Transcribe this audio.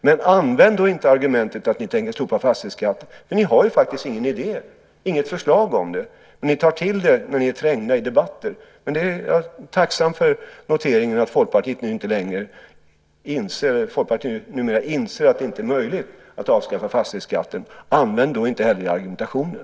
Men använd då inte argumentet att ni tänker slopa fastighetsskatten, för ni har ju faktiskt inga idéer, inget förslag om det. Ni tar till det när ni är trängda i debatter. Men jag är tacksam för noteringen att Folkpartiet numera inser att det inte är möjligt att avskaffa fastighetsskatten. Använd då inte heller det i argumentationen!